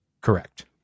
Correct